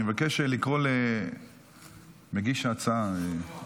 אני מבקש לקרוא למגיש ההצעה.